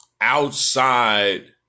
outside